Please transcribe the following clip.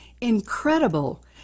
incredible